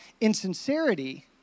insincerity